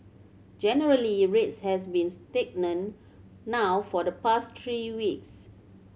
generally rates has been stagnant now for the past three weeks